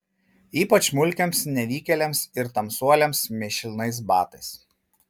ypač mulkiams nevykėliams ir tamsuoliams mėšlinais batais